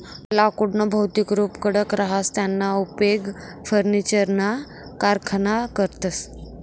लाकुडनं भौतिक रुप कडक रहास त्याना उपेग फर्निचरना कारखानामा करतस